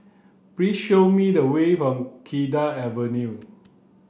please show me the way for Cedar Avenue